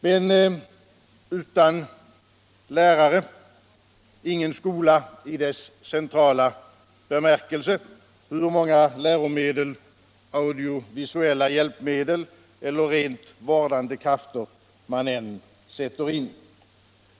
Men utan lärare ingen skola i dess centrala bemärkelse, hur många läromedel, audivisuella hjälpmedel eller rent vårdande krafter man än sätter in.